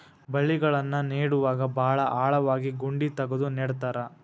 ಬಳ್ಳಿಗಳನ್ನ ನೇಡುವಾಗ ಭಾಳ ಆಳವಾಗಿ ಗುಂಡಿ ತಗದು ನೆಡತಾರ